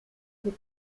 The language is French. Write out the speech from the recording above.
des